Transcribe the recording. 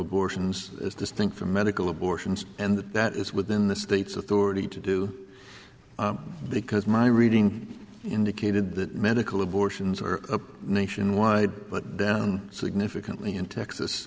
abortions as distinct from medical abortions and that that is within the state's authority to do because my reading indicated that medical abortions are a nationwide but down significantly in texas